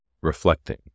reflecting